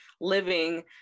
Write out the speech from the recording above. living